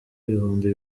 ibihumbi